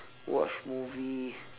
watch movie